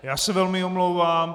Já se velmi omlouvám.